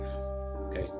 okay